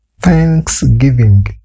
thanksgiving